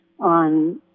on